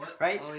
right